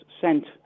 sent